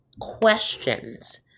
questions